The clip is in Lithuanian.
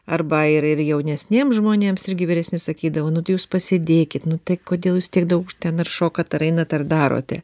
arba ir ir jaunesniem žmonėms irgi vyresni sakydavo nut jūs pasedėkit nu tai kodėl jūs tiek daug už ten ir šokat ar einat ar darote